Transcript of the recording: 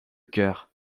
cœur